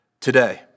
today